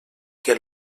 que